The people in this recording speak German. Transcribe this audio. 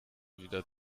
wieder